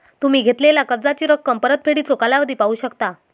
तुम्ही घेतलेला कर्जाची रक्कम, परतफेडीचो कालावधी पाहू शकता